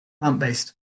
plant-based